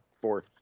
four